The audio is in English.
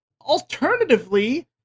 Alternatively